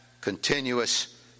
continuous